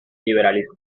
liberalismo